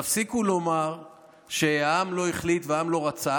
תפסיקו לומר שהעם לא החליט והעם לא רצה.